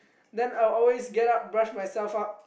then I'll always get up brush myself up